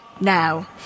now